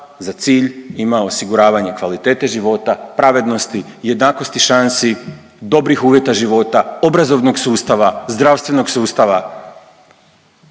za cilj ima osiguravanje kvalitete života, pravednosti, jednakosti šansi, dobrih uvjeta života, obrazovnog sustava, zdravstvenog sustava.